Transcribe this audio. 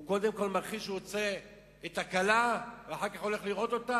הוא קודם כול מכריז שהוא רוצה את הכלה ואחר כך הוא הולך לראות אותה?